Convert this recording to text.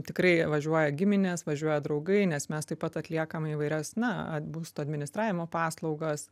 tikrai važiuoja giminės važiuoja draugai nes mes taip pat atliekame įvairias na būsto administravimo paslaugas